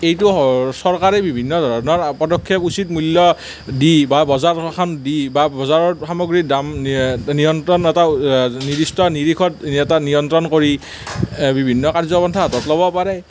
এইটো চৰকাৰে বিভিন্ন ধৰণৰ পদক্ষেপ উচিত মূল্য দি বা বজাৰএখন দি বা বজাৰত সামগ্ৰীৰ দাম এটা নিৰ্দিষ্ট নিৰিখত নিয়ন্ত্ৰণ কৰি বিভিন্ন কাৰ্য পন্থা হাতত ল'ব পাৰে